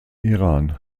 iran